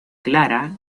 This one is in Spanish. clara